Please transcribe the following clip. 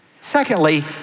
Secondly